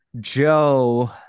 Joe